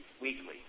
weekly